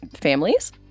families